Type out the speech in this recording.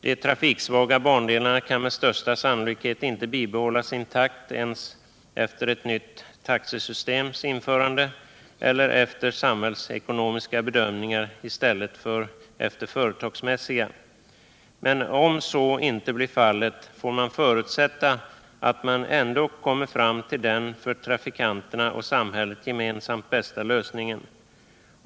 De trafiksvaga bandelarna kan med största sannolikhet inte bibehållas intakta ens efter införandet av ett nytt taxesystem eller efter samhällsekonomiska bedömningar i stället för företagsmässiga. Om så inte blir fallet, får vi väl förutsätta att man ändock kommer fram till den för trafikanterna och samhället gemensamt bästa lösningen.